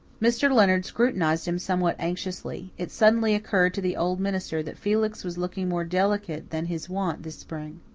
mr. leonard scrutinized him somewhat anxiously it suddenly occurred to the old minister that felix was looking more delicate than his wont this spring.